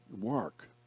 work